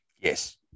Yes